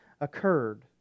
occurred